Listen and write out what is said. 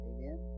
Amen